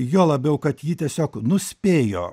juo labiau kad ji tiesiog nuspėjo